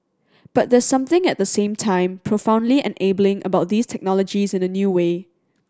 but there's something at the same time profoundly enabling about these technologies in a new way